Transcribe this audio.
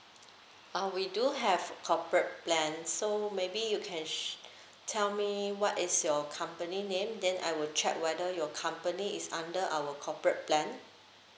uh we do have corporate plan so maybe you can sh~ tell me what is your company name then I will check whether your company is under our corporate plan